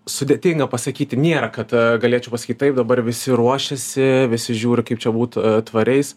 sudėtinga pasakyti nėra kad galėčiau pasakyt taip dabar visi ruošiasi visi žiūri kaip čia būt tvariais